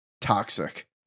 toxic